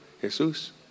Jesus